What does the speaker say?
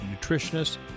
nutritionists